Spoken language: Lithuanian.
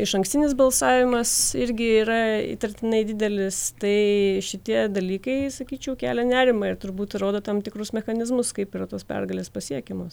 išankstinis balsavimas irgi yra įtartinai didelis tai šitie dalykai sakyčiau kelia nerimą ir turbūt rodo tam tikrus mechanizmus kaip yra tos pergalės pasiekiamos